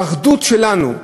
האחדות שלנו,